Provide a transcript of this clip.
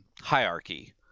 Hierarchy